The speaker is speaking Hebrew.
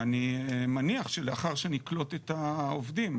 ואני מניח שלאחר שנקלוט את העובדים,